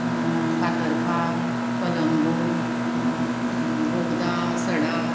Fatorpa Calangute Bogda Sada